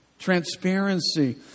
transparency